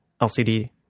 LCD